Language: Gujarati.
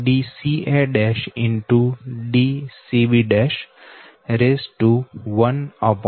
Dcb'1mn 6 X 7